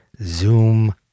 Zoom